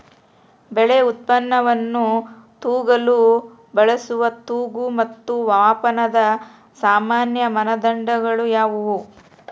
ಬೆಳೆ ಉತ್ಪನ್ನವನ್ನು ತೂಗಲು ಬಳಸುವ ತೂಕ ಮತ್ತು ಮಾಪನದ ಸಾಮಾನ್ಯ ಮಾನದಂಡಗಳು ಯಾವುವು?